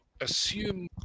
assume